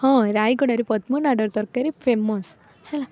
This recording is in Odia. ହଁ ରାୟଗଡ଼ାର ପଦ୍ମନାଡ଼ର ତରକାରୀ ଫେମସ୍ ହେଲା